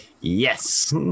Yes